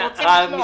אנחנו רוצים לשמוע.